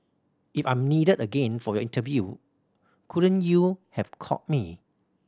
if I'm needed again for your interview couldn't you have called me